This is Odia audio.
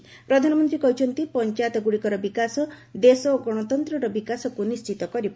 ସ୍ରଧାନମନ୍ତ୍ରୀ କହିଛନ୍ତି ପଞ୍ଚାୟତଗୁଡ଼ିକର ବିକାଶ ଦେଶ ଓ ଗଣତନ୍ତ୍ରର ବିକାଶକୁ ନିର୍ଣ୍ଣିତ କରିବ